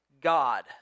God